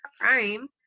crime